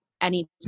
anytime